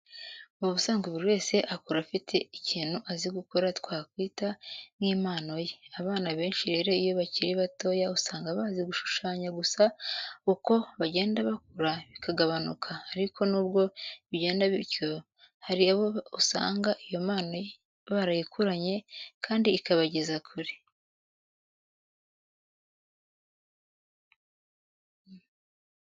Mu busanzwe buri wese akura afite ikintu azi gukora twakwita nk'impano ye. Abana benshi rero iyo bakiri batoya usanga bazi gushushanya gusa uko bagenda bakura bikagabanuka ariko nubwo bigenda bityo hari abo usanga iyo mpano barayikuranye kandi ikabageza kure.